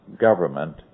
government